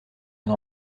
une